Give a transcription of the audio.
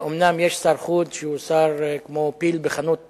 אומנם יש שר חוץ שהוא כמו פיל בחנות חרסינה,